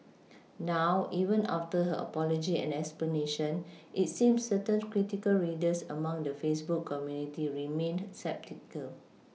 now even after her apology and explanation it seems certain critical readers among the Facebook community remained sceptical